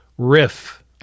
riff